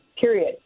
period